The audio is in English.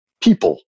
people